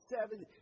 Seven